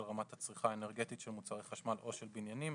רמת הצריכה האנרגטית של מוצרי חשמל או של בניינים.